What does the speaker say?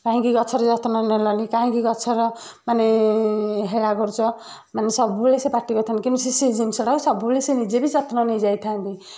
କାହିଁକି ଗଛର ଯତ୍ନ ନେଲନି କାହିଁକି ଗଛର ମାନେ ହେଳା କରୁଛ ମାନେ ସବୁବେଳେ ସେ ପାଟି କରୁଥାନ୍ତି କିନ୍ତୁ ସେ ଜିନିଷ ଟା ସବୁବେଳେ ସେ ନିଜେ ବି ଯତ୍ନ ନେଇଯାଇଥାନ୍ତି